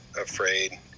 afraid